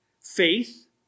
faith